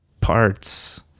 parts